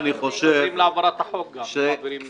מפריעים להעברת החוק גם --- לכן אני חושב,